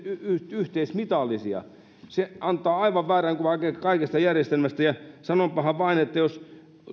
yhteismitallisia se antaa aivan väärän kuvan kaikista järjestelmistä ja sanonpahan vain